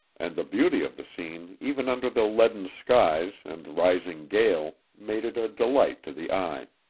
and the beauty of the scene even under the leaden skies and rising gale made it a delight to the eye.